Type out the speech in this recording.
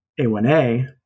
A1A